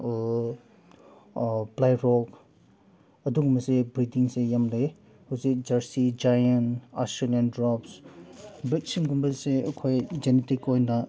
ꯑꯗꯨꯝꯕꯁꯦ ꯕ꯭ꯔꯤꯠꯇꯤꯡꯁꯦ ꯌꯥꯝ ꯂꯩ ꯍꯧꯖꯤꯛ ꯖꯔꯁꯤ ꯖꯥꯏꯟ ꯑꯥꯔꯁꯤꯅꯦꯟ ꯗ꯭ꯔꯣꯞꯁ ꯕ꯭ꯔꯤꯠꯁꯤꯡꯒꯨꯝꯕꯁꯦ ꯑꯩꯈꯣꯏ ꯖꯦꯅꯦꯇꯤꯛ ꯑꯣꯏꯅ